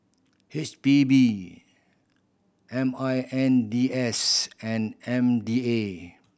H P B M I N D S and M D A